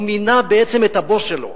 הוא מינה בעצם את הבוס שלו.